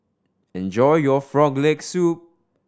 enjoy your Frog Leg Soup